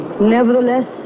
Nevertheless